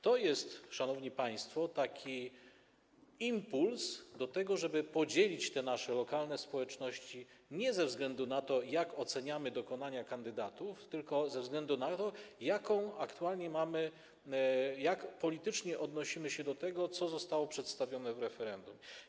To jest, szanowni państwo, taki impuls, żeby podzielić te nasze lokalne społeczności nie ze względu na to, jak oceniamy dokonania kandydatów, tylko ze względu na to, jak politycznie odnosimy się do tego, co zostało przedstawione w referendum.